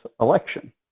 election